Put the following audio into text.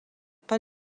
pas